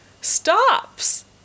stops